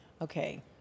Okay